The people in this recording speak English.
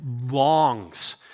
longs